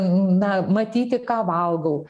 na matyti ką valgau